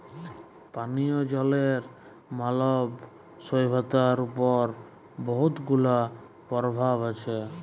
পানীয় জলের মালব সইভ্যতার উপর বহুত গুলা পরভাব আছে